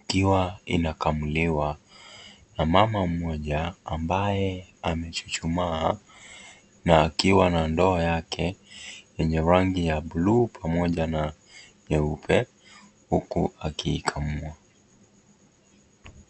ikiwa inakamuliwa na mama mmoja ambaye amechuchumaa na akiwa na ndoo yake yenye rangi ya bluu pamoja na nyeupe huku akiikamua.